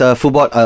football